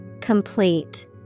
Complete